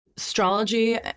astrology